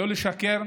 לא לשקר.